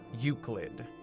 Euclid